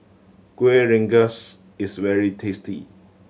Kueh Rengas is very tasty